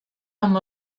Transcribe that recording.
amb